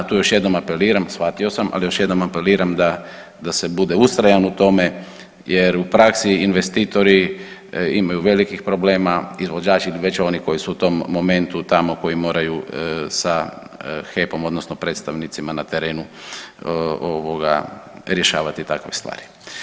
Tu još jednom apeliram, shvatio sam, al još jednom apeliram da, da se bude ustrajan u tome jer u praksi investitori imaju velikih problema, izvođači ili već oni koji su u tom momentu tamo koji moraju sa HEP-om odnosno predstavnicima na terenu ovoga rješavati takve stvari.